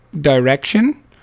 direction